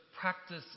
practice